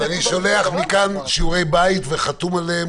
אני שולח מכאן שיעורי בית וחתום עליהם